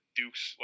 dukes